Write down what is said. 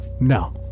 no